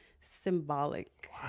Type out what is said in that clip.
symbolic